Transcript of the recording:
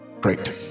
Great